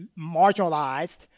marginalized